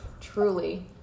Truly